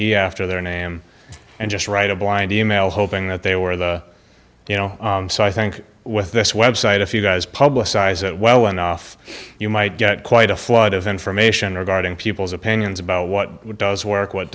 e after their name and just write a blind e mail hoping that they were the you know so i think with this website if you guys publicize it well enough you might get quite a flood of information regarding people's opinions about what does work what